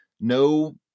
no